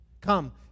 Come